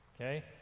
okay